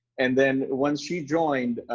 and then once she joined,